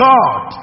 God